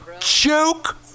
joke